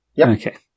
Okay